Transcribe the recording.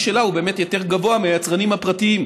שלה הוא באמת יותר גבוה מהיצרנים הפרטיים.